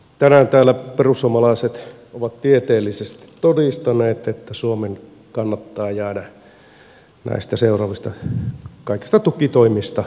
tänään täällä perussuomalaiset ovat tieteellisesti todistaneet että suomen kannattaa jäädä näistä kaikista seuraavista tukitoimista viimeistään nyt pois